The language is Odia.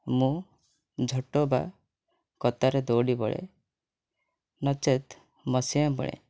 ମୁଁ ଝୋଟ ବା କତାରେ ଦଉଡ଼ି ବୋଳେ ନଚେତ୍ ମସିଣା ବୁଣେ